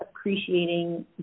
appreciating